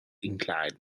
inclined